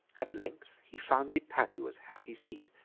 at length he founded padua's happy seat,